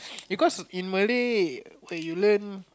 because in Malay okay you learn